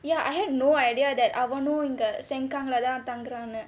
ya I had no idea that அவனும் இங்க:avanum inga sengkang leh தான் தங்குறான்னு:thaan thanguraannu